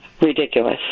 Ridiculous